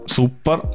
Super